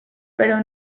pero